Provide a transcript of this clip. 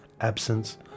absence